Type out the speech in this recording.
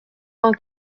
vingt